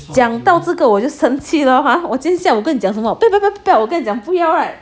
讲到这个我就生气的话我今天下午跟你讲什么不要不要不要我跟你讲不要 right